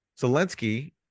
Zelensky